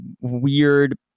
weird